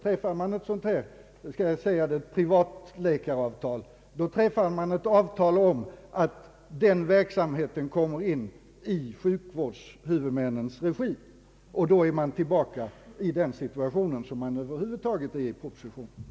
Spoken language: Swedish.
Träffar man ett »privatläkaravtal», så träffar man ett avtal om att den verksamheten kommer in under sjukvårdshuvudmännens regi. Därmed är utskottet tillbaka i samma situation som beskrivits i propositionen.